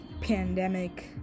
pandemic